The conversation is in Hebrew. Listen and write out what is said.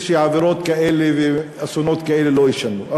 שעבירות כאלה ואסונות כאלה לא יישנו.